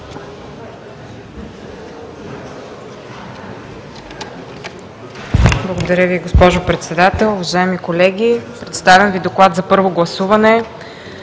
Благодаря Ви, госпожо Председател. Уважаеми колеги, представям Ви „ДОКЛАД за първо гласуване